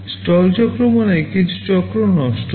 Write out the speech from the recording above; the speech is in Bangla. স্টল চক্র মানে কিছু চক্র নষ্ট হয়